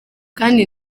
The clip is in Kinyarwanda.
kandi